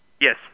Yes